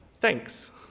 Thanks